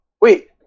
Wait